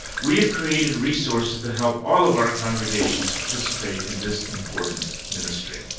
we have created resources that help all of our congregations participate in this important ministry.